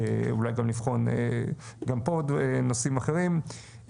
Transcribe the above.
ואולי גם לבחון גם פה נושאים אחרים.